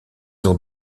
ont